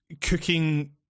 cooking